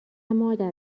مادر